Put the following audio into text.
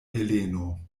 heleno